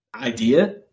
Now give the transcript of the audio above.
idea